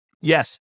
Yes